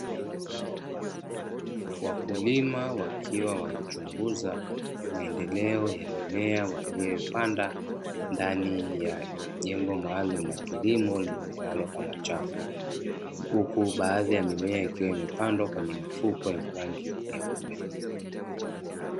Wakulima wakiwa wanachunguza maendeleo ya mimea waliyoipanda ndani ya jengo maalumu la kilimo lijulikanalo kama chafu. Huku baadhi ya mimea ikiwa imepandwa kwenye mifuko yenye rangi nyeupe.